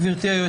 בגלל